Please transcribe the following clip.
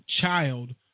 child